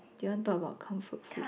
you want talk about comfort food